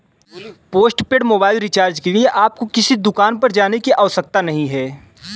postpaid mobile recharge के लिए आपको किसी दुकान पर जाने की आवश्यकता नहीं है